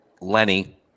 Lenny